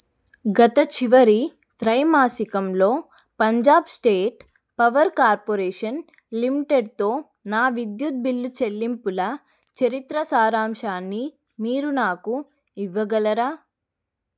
గత చివరి త్రైమాసికంలో పంజాబ్ స్టేట్ పవర్ కార్పొరేషన్ లిమిటెడ్తో నా విద్యుత్ బిల్లు చెల్లింపుల చరిత్ర సారాంశాన్ని మీరు నాకు ఇవ్వగలరా